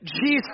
Jesus